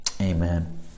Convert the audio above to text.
Amen